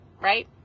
right